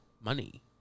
Money